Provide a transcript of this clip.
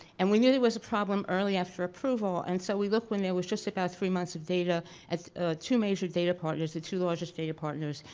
and we knew there was a problem early after approval and so we looked when there was just like ah three months of data at two major data partners, the two largest data partners.